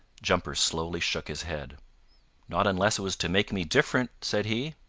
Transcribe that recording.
jumper slowly shook his head not unless it was to make me different, said he.